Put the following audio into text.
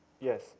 Yes